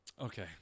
Okay